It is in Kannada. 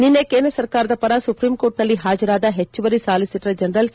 ನಿನ್ನೆ ಕೇಂದ್ರ ಸರ್ಕಾರದ ಪರ ಸುಪ್ರೀಂಕೋರ್ಟ್ನಲ್ಲಿ ಪಾಜರಾದ ಹೆಚ್ಚುವರಿ ಸಾಲಿಸಿಟರ್ ಜನರಲ್ ಕೆ